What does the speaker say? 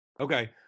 Okay